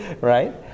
right